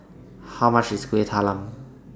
How much IS Kuih Talam